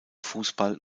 fußball